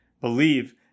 believe